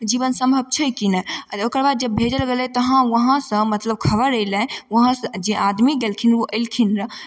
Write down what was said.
जीवन सम्भव छै कि नहि आ ओकर बाद जब भेजल गेलै तऽ वहाँसँ मतलब खबर अयलै वहाँसँ जे आदमी गेलखिन ओ अयलखिन रहए